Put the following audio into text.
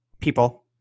people